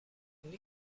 une